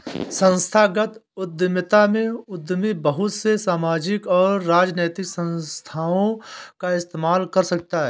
संस्थागत उद्यमिता में उद्यमी बहुत से सामाजिक और राजनैतिक संस्थाओं का इस्तेमाल कर सकता है